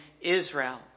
Israel